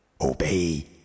Obey